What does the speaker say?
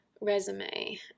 Resume